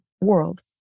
world